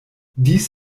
dies